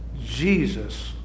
Jesus